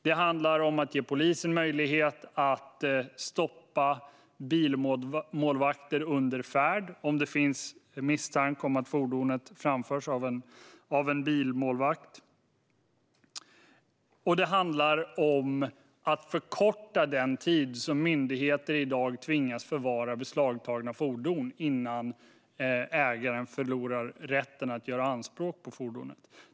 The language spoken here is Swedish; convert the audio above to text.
Det handlar om att ge polisen möjlighet att stoppa ett fordon under färd om det finns misstanke om att fordonet framförs av en bilmålvakt. Och det handlar om att förkorta den tid som myndigheter i dag tvingas förvara beslagtagna fordon innan ägaren förlorar rätten att göra anspråk på fordonet.